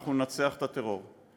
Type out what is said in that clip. אנחנו ננצח את הטרור,